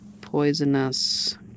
Poisonous